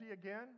again